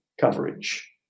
coverage